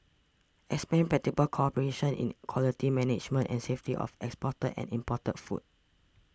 expand practical cooperation in quality management and safety of exported and imported food